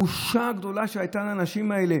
הבושה הגדולה שהייתה לאנשים האלה,